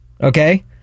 Okay